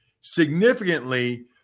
significantly